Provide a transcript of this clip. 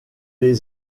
les